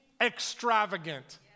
extravagant